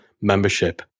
membership